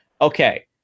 okay